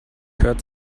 hört